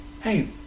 Hey